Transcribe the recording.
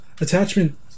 attachment